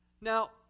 Now